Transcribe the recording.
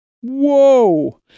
Whoa